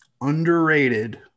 underrated